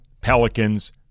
Pelicans